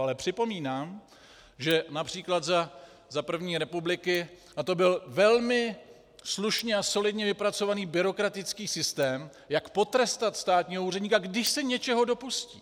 Ale připomínám, že např. za první republiky, a to byl velmi slušně a solidně vypracovaný byrokratický systém, jak potrestat státního úředníka, když se něčeho dopustí.